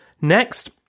Next